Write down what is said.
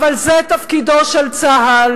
אבל זה תפקידו של צה"ל,